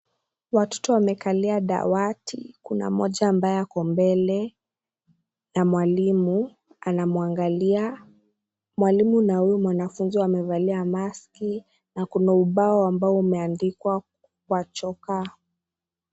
Watoto wamekalia dawati, kuna mmoja ambaye ako mbele na mwalimu anamwangalia, mwalimu na huyu mwanafunzi wamevalia maski na kuna ubao ambao umeandikwa kwa chokaa.